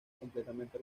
completamente